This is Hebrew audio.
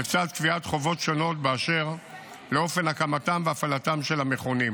לצד קביעת חובות שונות באשר לאופן הקמתם והפעלתם של המכונים.